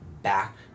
back